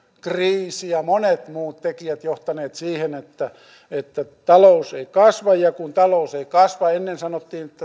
kriisi ja monet muut tekijät johtaneet siihen että että talous ei kasva ja kun talous ei kasva ennen sanottiin että